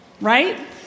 Right